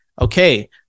okay